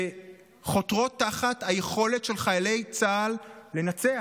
שחותרות תחת היכולת של חיילי צה"ל לנצח,